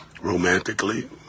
romantically